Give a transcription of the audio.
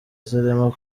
zirimo